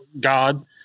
God